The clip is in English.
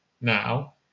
now